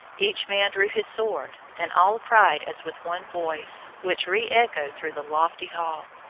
each man drew his sword, and all cried as with one voice, which re-echoed through the lofty hall,